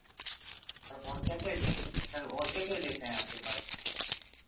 और क्या क्या डि सर और क्या क्या डिस हैं आपके पास